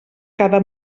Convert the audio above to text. cada